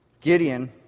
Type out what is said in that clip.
Gideon